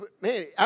man